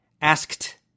Asked